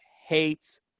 hates